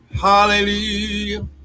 Hallelujah